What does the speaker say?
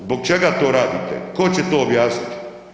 Zbog čega to raditi, tko će to objasniti?